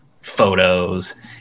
photos